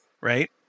Right